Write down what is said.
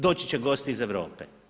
Doći će gosti iz Europe.